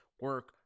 Work